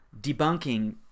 debunking